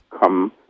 come